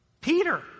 Peter